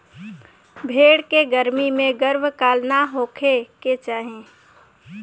भेड़ के गर्मी में गर्भकाल ना होखे के चाही